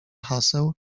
haseł